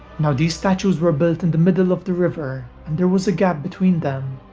now these statues were built in the middle of the river and there was gap between them,